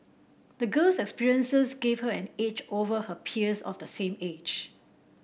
the girl's experiences gave her an edge over her peers of the same age